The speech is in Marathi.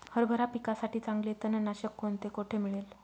हरभरा पिकासाठी चांगले तणनाशक कोणते, कोठे मिळेल?